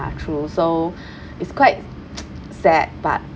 ya true so it's quite sad but